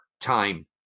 time